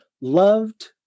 loved